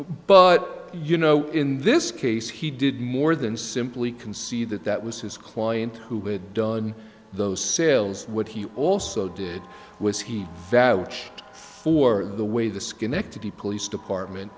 but you know in this case he did more than simply can see that that was his client who had done those sales what he also did was he valve which for the way the schenectady police department